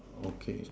okay